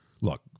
Look